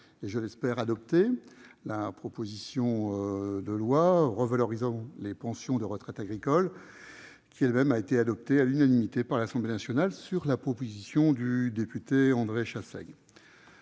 et, je l'espère, adopter cette proposition de loi revalorisant les pensions de retraite agricoles, adoptée à l'unanimité par l'Assemblée nationale sur la proposition du député André Chassaigne.